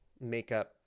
makeup